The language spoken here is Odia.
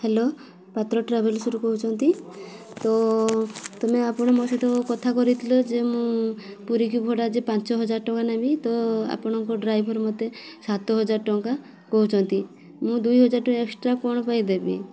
ହ୍ୟାଲୋ ପାତ୍ର ଟ୍ରାଭେଲ୍ସ୍ରୁ କହୁଛନ୍ତି ତ ତୁମେ ଆପଣ ମୋ ସହିତ କଥା କରେଇଥିଲ ଯେ ମୁଁ ପୁରୀକୁ ଭଡ଼ା ଯେ ପାଞ୍ଚ ହଜାର ଟଙ୍କା ନେବି ତ ଆପଣଙ୍କ ଡ୍ରାଇଭର୍ ମୋତେ ସାତ ହଜାର ଟଙ୍କା କହୁଛନ୍ତି ମୁଁ ଦୁଇ ହଜାର ଟଙ୍କା ଏକ୍ସଟ୍ରା କ'ଣ ପାଇଁ ଦେବି